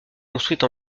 construite